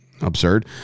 absurd